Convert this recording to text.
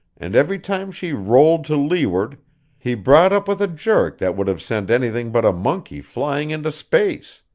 and every time she rolled to leeward he brought up with a jerk that would have sent anything but a monkey flying into space.